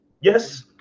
Yes